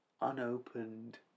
unopened